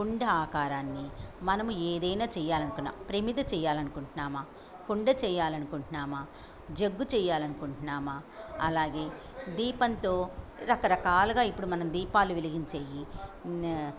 కుండ ఆకారాన్ని మనము ఏదైనా చేయాలనుకున్నా ప్రమిద చేయాలనుకుంట్నామ కుండ చేయాలనుకుంట్నామ జగ్గు చేయాలనుకుంట్నామ అలాగే దీపంతో రకరకాలగా ఇప్పుడు మనం దీపాలు వెలిగించేయ్యి